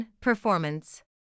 Performance